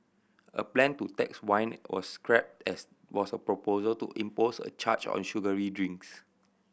a plan to tax wine was scrapped as was a proposal to impose a charge on sugary drinks